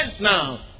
now